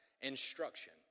Instruction